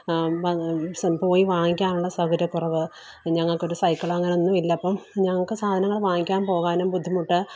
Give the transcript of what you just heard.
പോയി വാങ്ങിക്കാനുള്ള സൗകര്യക്കുറവ് പിന്നെ ഞങ്ങൾക്കൊരു സൈക്കിള് അങ്ങനെ ഒന്നുമില്ല ഇപ്പം ഞങ്ങൾക്ക് സാധനങ്ങൾ വാങ്ങിക്കാന് പോവാനും ബുദ്ധിമുട്ട്